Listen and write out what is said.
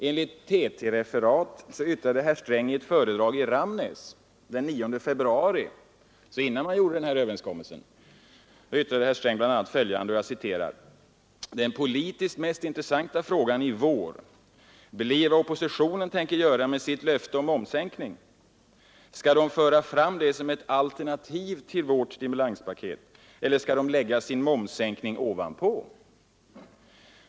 Enligt TT-referat yttrade herr Sträng i ett föredrag i Ramnäs den 9 februari — alltså innan man gjorde den här överenskommelsen — bl.a. följande: ”Den politiskt mest intressanta frågan i vår blir vad oppositionen tänker göra med sitt löfte om momssänkning — ska de föra fram det som ett alternativ till vårt stimulanspaket, eller ska de lägga sin momssänkning ovanpå?